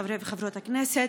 חברות וחברי הכנסת,